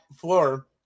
floor